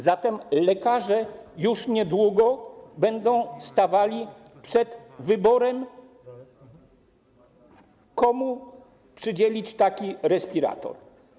Zatem lekarze już niedługo będą stawali przed wyborem, komu przydzielić taki respirator.